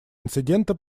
инциденты